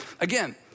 Again